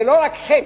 זה לא רק חטא.